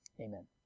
amen